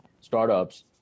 startups